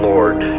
Lord